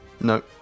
No